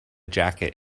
jacket